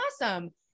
awesome